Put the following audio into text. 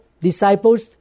disciples